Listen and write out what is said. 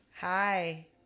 Hi